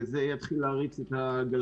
וזה יתחיל להריץ את הגלגלים.